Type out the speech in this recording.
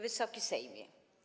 Wysoki Sejmie!